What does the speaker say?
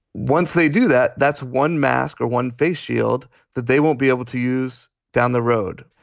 once they do that, that's one mask or one face shield that they won't be able to use down the road.